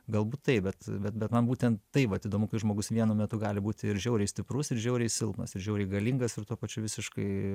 galbūt taip bet bet bet man būtent tai vat įdomu kai žmogus vienu metu gali būti ir žiauriai stiprus ir žiauriai silpnas ir žiauriai galingas ir tuo pačiu visiškai